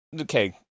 Okay